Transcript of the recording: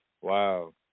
Wow